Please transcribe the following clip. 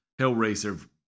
*Hellraiser*